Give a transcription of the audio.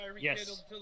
yes